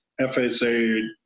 FSA